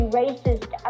racist